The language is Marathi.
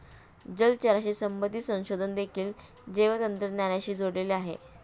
जलचराशी संबंधित संशोधन देखील जैवतंत्रज्ञानाशी जोडलेले आहे